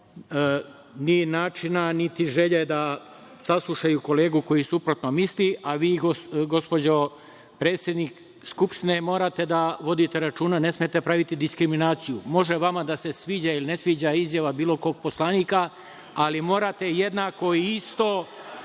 ni načina, niti želje da saslušaju kolegu koji suprotno misli, a vi gospođo predsednice Skupštine morate da vodite računa, ne smete da pravite diskriminaciju. Može vama da se sviđa ili ne sviđa izjava bilo kog poslanika, ali morate jednako i isto,